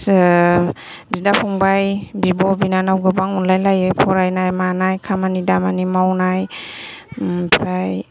बिदा फंबाय बिब' बिनानाव गोबां अनलाय लायो फरायनाय मानाय खामानि दामानि मावनाय ओमफ्राय